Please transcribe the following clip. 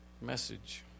message